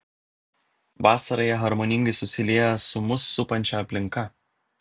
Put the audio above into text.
vasarą jie harmoningai susilieja su mus supančia aplinka